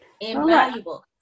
Invaluable